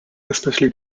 especially